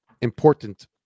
important